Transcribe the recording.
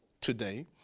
today